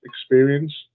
experience